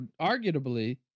arguably